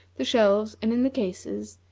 the shelves, and in the cases,